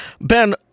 Ben